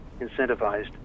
incentivized